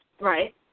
Right